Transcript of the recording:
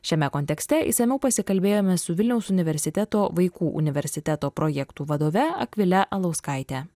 šiame kontekste išsamiau pasikalbėjome su vilniaus universiteto vaikų universiteto projektų vadove akvile alauskaite